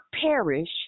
perish